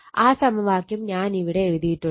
ആ സമവാക്യം ഞാൻ ഇവിടെ എഴുതിയിട്ടുണ്ട്